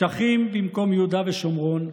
שטחים במקום יהודה ושומרון,